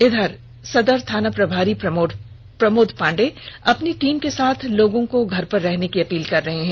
इधर सदर थाना प्रभारी प्रमोद पांडेय अपनी टीम के साथ लोगों को घर पर रहने की अपील कर रहे हैं